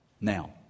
Now